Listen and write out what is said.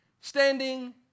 standing